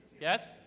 yes